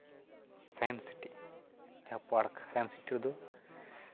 science city ᱡᱟᱦᱟᱸ park science city ᱨᱮᱫᱚ